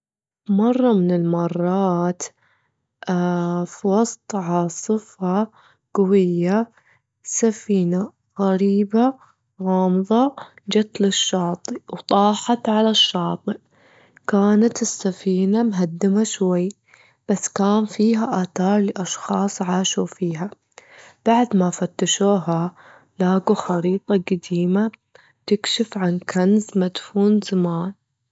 في مرة من المرات، في وسط عاصفة جوية، سفينة غريبة غامضة جت للشاطيء، وطاحت على الشاطيء، كانت السفينة مهدمة شوي، بس كان فيها آتار لأشخاص عاشوا فيها، بعد مافتشوها، لجوا خريطة جديمة تكشف عن كنز مدفون زمان.